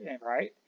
right